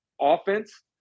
offense